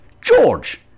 George